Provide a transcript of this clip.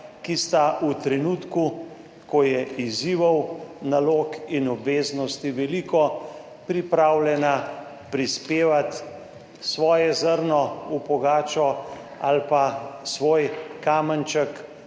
ki sta v trenutku, ko je izzivov, nalog in obveznosti veliko, pripravljena prispevati svoje zrno v pogačo ali pa svoj kamenček,